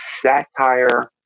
satire